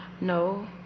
no